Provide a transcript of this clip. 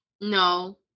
No